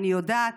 אני יודעת.